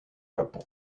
japon